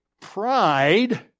pride